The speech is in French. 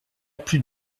plus